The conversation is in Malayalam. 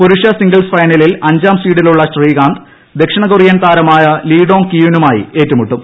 പുരുഷ സിംഗിൾസ് ഫൈനലിൽ അഞ്ചാം സ്വീഡിലുള്ള ശ്രീകാന്ത് ദക്ഷിണകൊറിയൻ താരമായ ലീഡോങ് കിയുനുമായി ഏറ്റുമുട്ടും